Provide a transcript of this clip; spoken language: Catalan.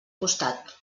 costat